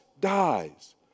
dies